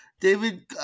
David